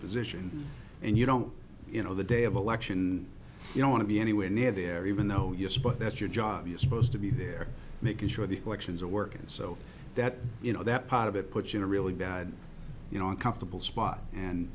position and you don't you know the day of election you don't want to be anywhere near there even though yes but that's your job you're supposed to be there making sure the elections are working so that you know that part of it puts in a really bad you know a comfortable spot and